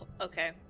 Okay